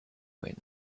wind